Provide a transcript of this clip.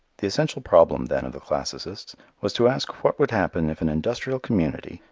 the essential problem then of the classicists was to ask what would happen if an industrial community,